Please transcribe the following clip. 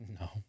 No